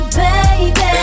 baby